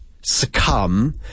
succumb